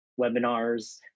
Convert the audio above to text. webinars